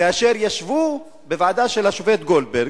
כאשר ישבו בוועדה של השופט גולדברג,